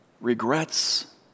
regrets